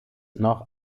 noch